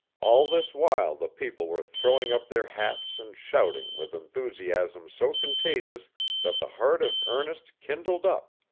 all this while the people were throwing up their hats and shouting, with enthusiasm so contagious that the heart of ernest kindled up,